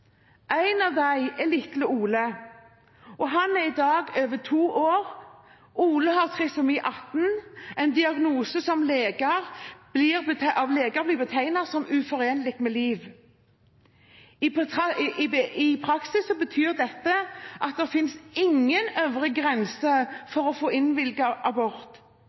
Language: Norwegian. av dem er lille Ole, og han er i dag over to år. Ole har trisomi 18, en diagnose som av leger blir betegnet som uforenlig med liv. I praksis betyr dette at det ikke finnes en øvre grense for når man kan få innvilget abort.